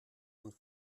und